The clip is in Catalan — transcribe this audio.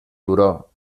turó